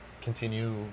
continue